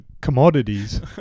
commodities